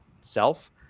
self